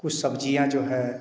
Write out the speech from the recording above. कुछ सब्जियाँ जो हैं